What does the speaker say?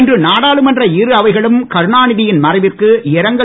இன்று நாடாளுமன்ற இரு அவைகளும் கருணாநிதியின் மறைவிற்கு இரங்கல்